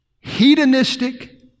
hedonistic